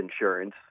insurance